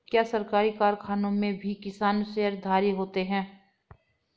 क्या सरकारी कारखानों में भी किसान शेयरधारी होते हैं?